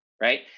right